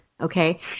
Okay